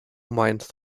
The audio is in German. meinst